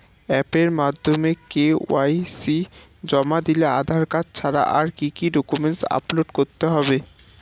অ্যাপের মাধ্যমে কে.ওয়াই.সি জমা দিলে আধার কার্ড ছাড়া আর কি কি ডকুমেন্টস আপলোড করতে হবে?